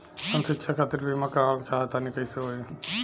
हम शिक्षा खातिर बीमा करावल चाहऽ तनि कइसे होई?